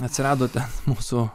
atsirado ta mūsų